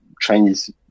Chinese